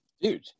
Dude